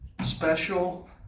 special